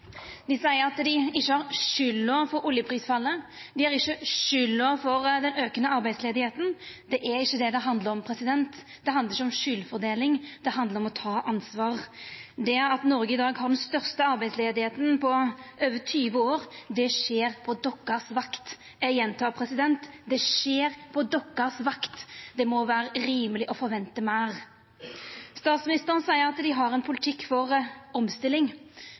Dei seier at dei ikkje har skulda for oljeprisfallet, dei har ikkje skulda for den aukande arbeidsløysa. Det er ikkje det det handlar om. Det handlar ikkje om skuldfordeling, det handlar om å ta ansvar. Det at Noreg i dag har den største arbeidsløysa på over 20 år, skjer på deira vakt. Eg gjentek: Det skjer på deira vakt. Det må vera rimeleg å forventa meir. Statsministeren seier at dei har ein politikk for omstilling,